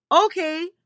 okay